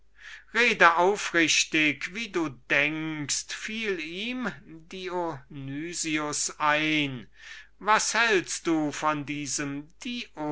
rede aufrichtig wie du denkst fiel ihm dionys ein was hältst du von diesem